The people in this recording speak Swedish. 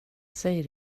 säg